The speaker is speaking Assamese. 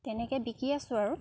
তেনেকৈ বিকি আছোঁ আৰু